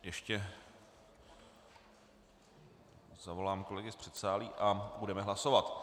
Ještě zavolám kolegy z předsálí a budeme hlasovat.